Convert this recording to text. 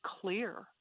clear